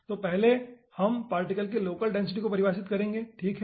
तो हम पहले पार्टिकल के लोकल डेंसिटी को परिभाषित करेंगे ठीक है